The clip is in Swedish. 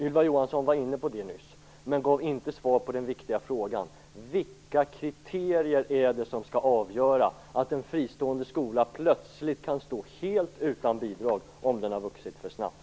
Statsrådet var inne på detta nyss, men hon gav inte svar på den viktiga frågan om vilka kriterier som skall avgöra att en fristående skola plötsligt kan stå helt utan bidrag om den har vuxit för snabbt.